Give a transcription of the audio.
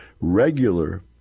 Regular